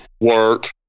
work